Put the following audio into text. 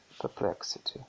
perplexity